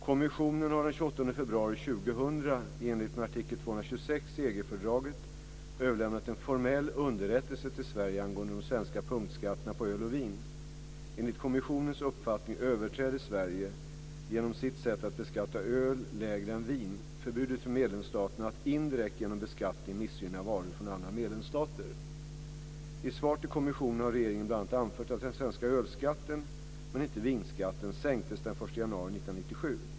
Kommissionen har den 28 februari 2000, i enlighet med artikel 226 i EG-fördraget, överlämnat en formell underrättelse till Sverige angående de svenska punktskatterna på öl och vin. Enligt kommissionens uppfattning överträder Sverige, genom sitt sätt att beskatta öl lägre än vin, förbudet för medlemsstaterna att indirekt genom beskattning missgynna varor från andra medlemsstater. I svar till kommissionen har regeringen bl.a. anfört att den svenska ölskatten, men inte vinskatten, sänktes den 1 januari 1997.